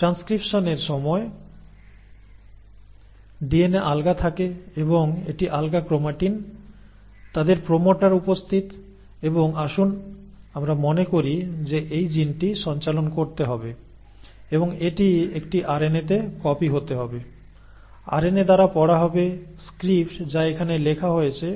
ট্রানস্ক্রিপশনের সময় ডিএনএ আলগা থাকে এবং এটি আলগা ক্রোমাটিন তাদের প্রোমোটার উপস্থিত এবং আসুন আমরা মনে করি যে এই জিনটি সঞ্চালন করতে হবে এবং এটি একটি আরএনএতে কপি হতে হবে আরএনএ দ্বারা পড়া হবে স্ক্রিপ্ট যা এখানে লেখা হয়েছে